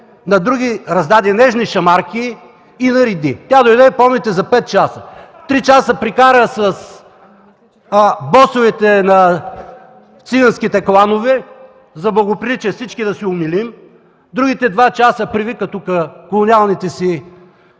на други раздаде нежни шамарки и нареди. Помните, тя дойде за пет часа. Три часа прекара с босовете на циганските кланове за благоприличие, всички да се умилим. Другите два часа привика тук колониалните си